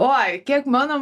oi kiek mano